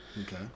Okay